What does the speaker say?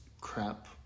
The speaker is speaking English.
crap